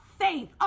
faith